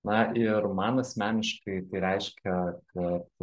na ir man asmeniškai tai reiškia kad